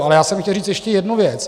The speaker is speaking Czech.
Ale já jsem chtěl říct ještě jednu věc.